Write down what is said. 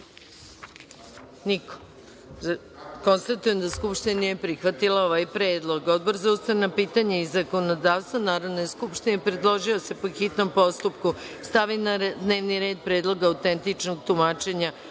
nema. Konstatujem da Narodna skupština nije prihvatila ovaj predlog. Odbor za ustavna pitanja i zakonodavstvo Narodne skupštine predložio je da se, po hitnom postupku, stavi na dnevni red Predlog autentičnog tumačenja